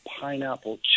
pineapple